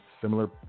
similar